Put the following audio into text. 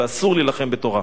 ואסור להילחם בתורה.